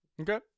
Okay